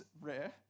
rare